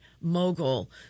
mogul